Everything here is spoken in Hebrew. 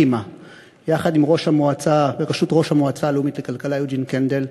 הקימה ועדה בראשות ראש המועצה הלאומית לכלכלה יוג'ין קנדל,